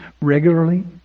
regularly